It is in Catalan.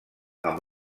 amb